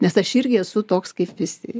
nes aš irgi esu toks kaip visi